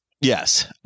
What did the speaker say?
Yes